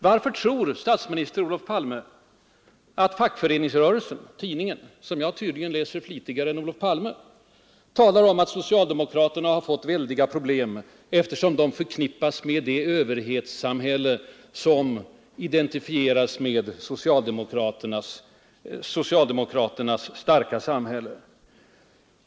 Varför tror statsminister Palme att tidningen Fackföreningsrörelsen, som jag tydligen läser flitigare än Olof Palme, talar om att socialdemokraterna har fått väldiga problem, eftersom de förknippas med det överhetssamhälle som identifieras med socialdemokraternas starka samhälle?